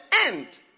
end